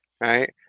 right